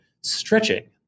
stretching